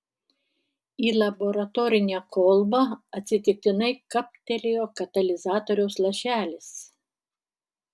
į laboratorinę kolbą atsitiktinai kaptelėjo katalizatoriaus lašelis